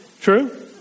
True